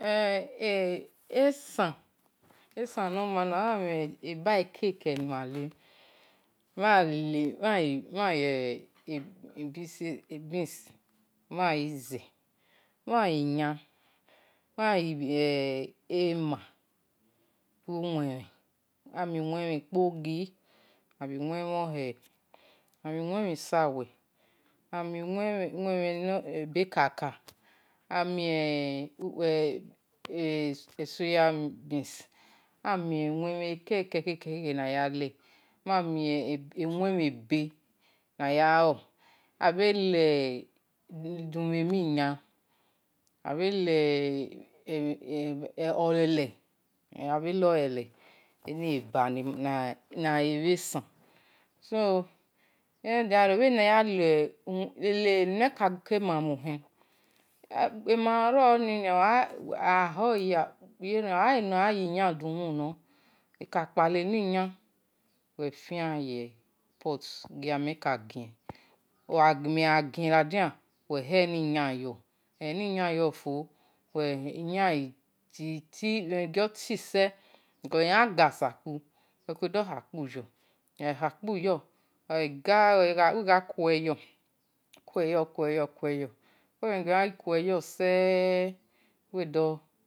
esan-nomhan, ma-mie eba ekeke ni ma he, emie ma, i beans, owen-mhin ikpogi ani owen-mhon he he, ami owen-mhen isa-we, ebe kaka ami soya beans ami owen-mhen ke ke ke na ya lor abhe le olele eni eba na mien bhe esan so bhe no no dia-rio bhe naya le ne-mhen kake ema umuhe, iyan ono roni, ogha yi enu we khia ka de-mhun uwi ka kpale-eliyan, uwi ghi amen kagien, oga gien uwe he-eniyan yo, uwe gha he eni yan yo fo oghe mhen egioti se, cos ohe khian gu se-akpu uwe kue do he eni yan yo uwe gha ha-akpu yo ogha ga ugha kueyo, kueyo omhen egiu we khian kue yo seee uwi dooo